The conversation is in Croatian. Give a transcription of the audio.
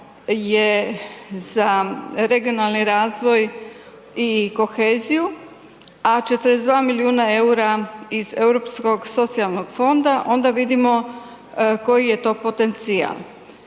za regionalni razvoj i koheziju, a 42 milijuna eura iz EU socijalnog fonda, onda vidimo koji je to potencijal.